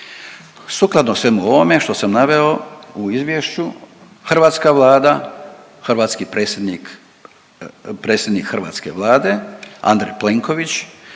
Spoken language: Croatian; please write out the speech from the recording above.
Sukladno svemu ovome što sam naveo u izvješću hrvatska Vlada, hrvatski predsjednik, predsjednik hrvatske Vlade Andrej Plenković